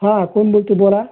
हां कोण बोलत आहे बोला